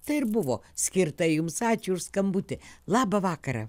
tai ir buvo skirta jums ačiū už skambutį labą vakarą